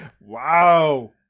wow